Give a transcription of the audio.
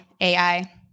Ai